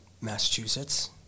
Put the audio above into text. Massachusetts